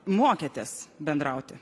mokėtės bendrauti